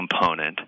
component